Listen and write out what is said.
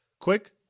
Quick